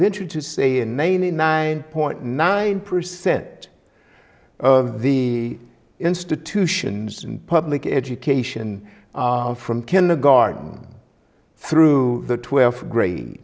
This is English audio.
venture to say in maine in nine point nine percent of the institutions and public education from kindergarten through twelfth grade